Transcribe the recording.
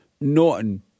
Norton